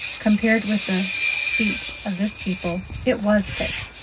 compared with the speech of this people, it was thick.